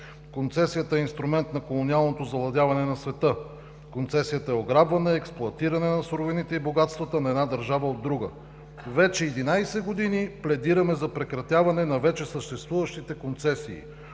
Концесията е инструмент на колониалното завладяване на света. Концесията е ограбване, експлоатиране на суровините и богатствата на една държава от друга. Вече 11 години пледираме за прекратяване на вече съществуващите концесии.